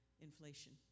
inflation